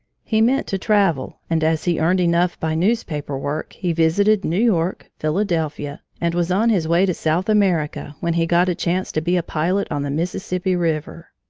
he meant to travel, and as he earned enough by newspaper work, he visited new york, philadelphia, and was on his way to south america when he got a chance to be a pilot on the mississippi river.